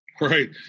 Right